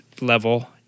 level